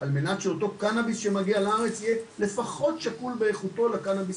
ועל מנת שאותו הקנאביס שמגיע לארץ יהיה לפחות שקול באיכותו לקנאביס